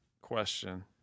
question